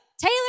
Taylor